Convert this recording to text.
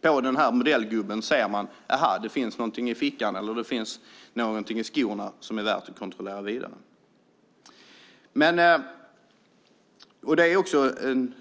På den modellgubben ser man om det finns någonting i fickan eller om det finns någonting i skorna som det är värt att kontrollera vidare.